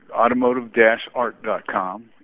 automotive-art.com